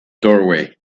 doorway